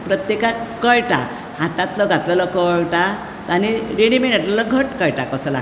प्रत्येकाक कळटा हातांतलों घातलेलो कळटा रेडीमेट घातलेलो घट कळटा कसो लागता तो